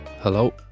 Hello